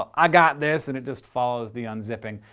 i got this! and it just follows the unzipping,